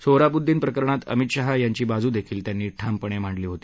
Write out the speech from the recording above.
सोहराबुद्दीन प्रकरणात अमित शहा यांची बाजूदेखील त्यांनी ठामपणे मांडली होती